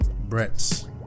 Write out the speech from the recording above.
Brett's